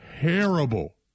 terrible